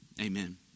amen